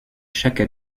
chaque